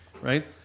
right